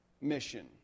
mission